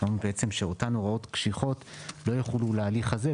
בעצם שאותן הוראות קשיחות לא יחולו להליך הזה,